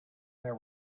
there